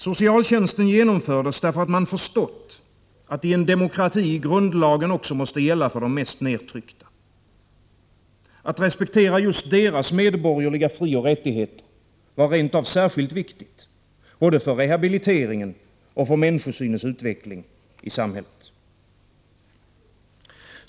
Socialtjänsten genomfördes därför att man förstått att i en demokrati grundlagen också måste gälla för de mest nedtryckta. Att respektera just deras medborgerliga frioch rättigheter var rent av särskilt viktigt både för rehabiliteringen och för människosynens utveckling i samhället.